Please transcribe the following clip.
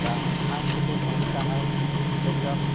বা সাংস্কৃতিক অনুষ্ঠান হয় সেইবিলাক